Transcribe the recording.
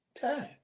time